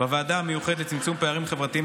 בוועדה המיוחדת לצמצום פערים חברתיים